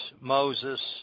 Moses